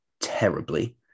terribly